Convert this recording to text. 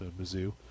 Mizzou